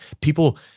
people